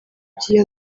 by’iyo